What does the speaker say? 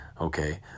Okay